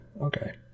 Okay